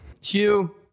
Hugh